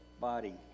body